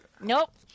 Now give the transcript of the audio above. Nope